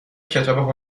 کتاب